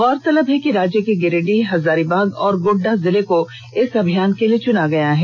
गौरतलब है कि राज्य के गिरिडीह हजारीबाग और गोड़ड़ा जिले को इस अभियान के लिए चुना गया है